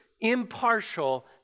impartial